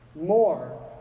more